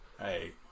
Hey